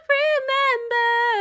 remember